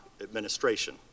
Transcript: administration